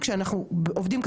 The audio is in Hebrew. שלא הייתה שום אבחנה.